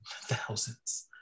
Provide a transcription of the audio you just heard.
thousands